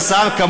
שאני אשב?